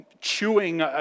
chewing